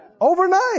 overnight